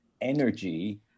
energy